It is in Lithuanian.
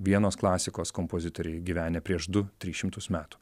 vienos klasikos kompozitoriai gyvenę prieš du tris šimtus metų